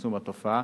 לצמצום התופעה.